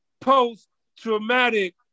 post-traumatic